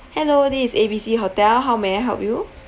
hello this is A B C hotel how may I help you